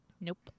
Nope